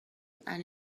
and